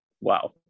wow